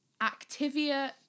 Activia